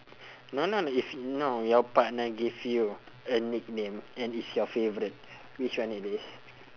no no if y~ no your partner gave you a nickname and it's your favourite which one it is